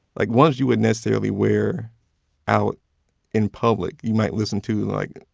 like ones you wouldn't necessarily wear out in public? you might listen to, like,